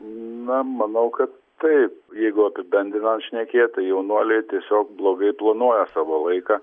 na manau kad tai jeigu apibendrinant šnekėt tai jaunuoliai tiesiog blogai planuoja savo laiką